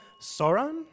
Sauron